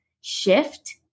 shift